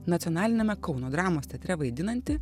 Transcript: nacionaliniame kauno dramos teatre vaidinanti